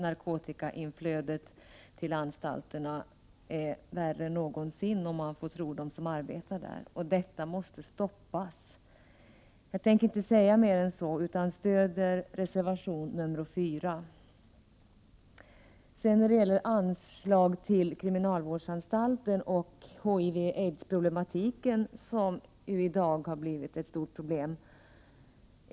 Narkotikainflödet till anstalterna är värre än någonsin, om man får tro dem som arbetar där. Detta måste stoppas. Jag tänker inte säga mer än så: Stöd reservation nr 4! Så till Anslag till kriminalvårdsanstalter och HIV/aids-problematiken, som ju har blivit ett stort problem.